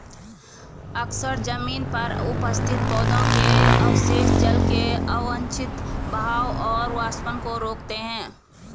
अक्सर जमीन पर उपस्थित पौधों के अवशेष जल के अवांछित बहाव और वाष्पन को रोकते हैं